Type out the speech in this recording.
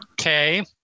Okay